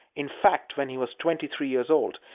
in fact, when he was twenty-three years old,